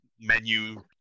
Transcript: menu